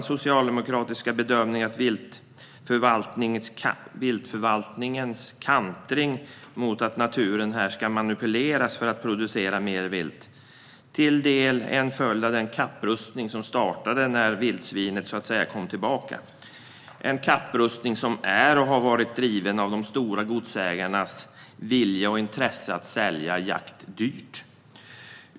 Socialdemokraternas bedömning är att viltförvaltningens kantring mot att naturen ska manipuleras för att producera mer vilt till del är en följd av den kapprustning som startade när vildsvinet kom tillbaka. Det är en kapprustning som är och har varit driven av de stora godsägarnas vilja och intresse av att sälja jakt dyrt.